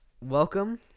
Welcome